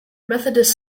methodist